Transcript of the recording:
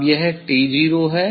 अब यह 'T0' है